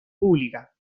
pública